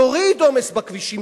תוריד עומס בכבישים,